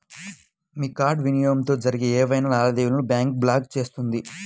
మీ card వినియోగంతో జరిగే ఏవైనా లావాదేవీలను బ్యాంక్ బ్లాక్ చేస్తుంది